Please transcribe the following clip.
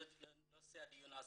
לנושא הדיון עצמו,